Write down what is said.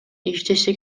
иштеши